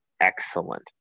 excellent